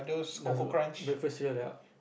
does what breakfast cereal ya